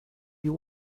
you